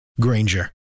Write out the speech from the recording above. Granger